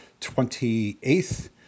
28th